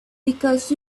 because